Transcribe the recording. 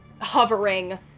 hovering